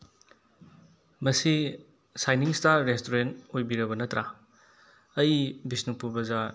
ꯃꯁꯤ shining star restaurant ꯑꯣꯏꯕꯤꯔꯕ ꯅꯠꯇ꯭ꯔꯥ ꯑꯩ ꯕꯤꯁꯅꯨꯄꯨꯔ ꯕꯖꯥꯔ